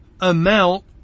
amount